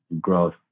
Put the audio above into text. growth